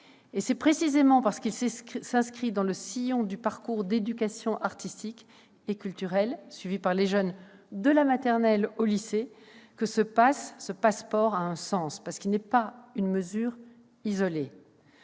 C'est précisément parce qu'il s'inscrit dans le sillon du parcours d'éducation artistique et culturelle suivi par les jeunes, de la maternelle au lycée, que ce passeport a un sens. Il n'est pas une mesure isolée.